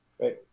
right